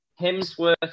Hemsworth